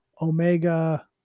Omega